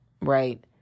right